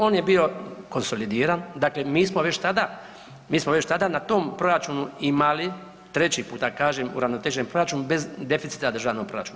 On je bio konsolidiran, dakle mi smo već tada, mi smo već tada na tom proračunu imali, treći puta kažem, uravnotežen proračun bez deficita državnog proračuna.